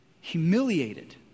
Humiliated